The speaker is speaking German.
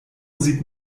sieht